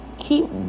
Keep